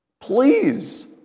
Please